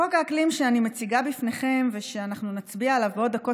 חוק האקלים שאני מציגה בפניכם ושאנחנו נצביע עליו בעוד דקות